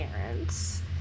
parents